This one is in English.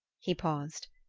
he paused.